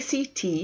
ACT